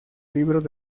libros